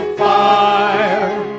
fire